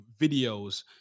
videos